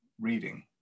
reading